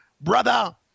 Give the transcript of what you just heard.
brother